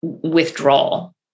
withdrawal